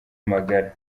magara